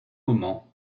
moment